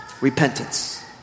repentance